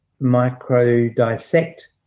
micro-dissect